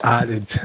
added